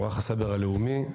במערך הסייבר הלאומי,